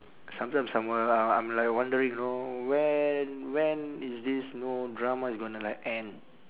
sometimes somewhere I I'm like wondering you know when when is this know drama is gonna like end